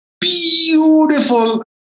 beautiful